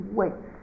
wait